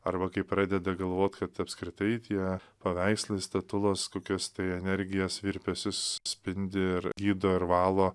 arba kai pradeda galvot kad apskritai tie paveikslai statulos kokios tai energijas virpesius spindi ir gydo ir valo